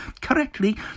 correctly